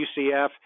UCF